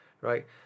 right